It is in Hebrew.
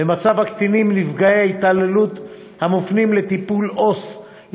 במצב הקטינים נפגעי התעללות המופנים לטיפול עובדים